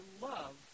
love